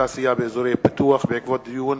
ביטוח בריאות ממלכתי (תיקון,